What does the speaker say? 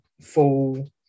full